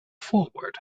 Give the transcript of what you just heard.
forward